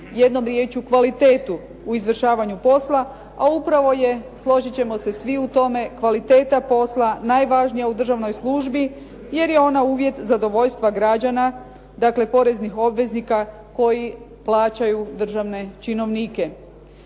Jednom riječju kvalitetu u izvršavanju posla, a upravo je složit ćemo se svi u tome kvaliteta posla najvažnija u državnoj službi jer je ona uvjet zadovoljstva građana, dakle poreznih obveznika koji plaćaju državne činovnike.